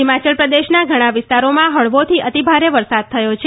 હિમાચલપ્રદેશના ઘણા વિસ્તારોમાં હળવોથી અતિભારે વરસાદ થયો છે